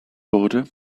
wurde